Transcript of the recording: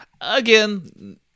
Again